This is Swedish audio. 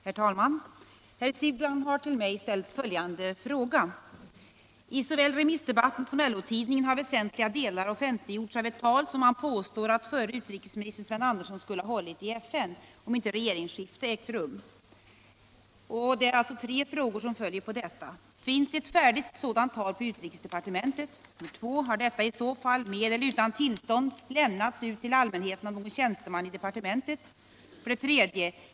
Herr talman! Herr Siegbahn har till mig ställt följande fråga: I såväl remissdebatten som LO-tidningen har väsentliga delar offentliggjorts av ett tal, som man påstår att förre utrikesministern Sven Andersson skulle ha hållit i FN om inte regeringsskifte ägt rum. 1. Finns ett färdigt sådant tal på utrikesdepartementet? 2. Har detta i så fall, med eller utan tillstånd, lämnats ut till allmänheten av någon tjänsteman i departementet? 3.